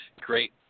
great